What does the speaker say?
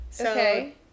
Okay